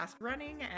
running